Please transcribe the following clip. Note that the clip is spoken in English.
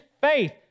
faith